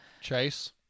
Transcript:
Chase